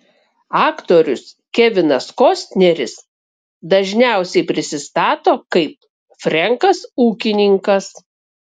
aktorius kevinas kostneris dažniausiai prisistato kaip frenkas ūkininkas